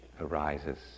arises